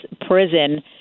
prison